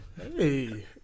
hey